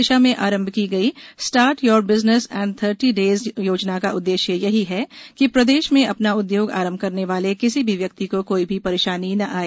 दिशा में आरंभ की गई start your business in thirty days योजना का उद्देश्य यही है कि प्रदेश में अपना उद्योग आरंभ करने वाले किसी भी व्यक्ति को कोई भी परेशानी न आए